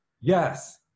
Yes